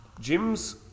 gyms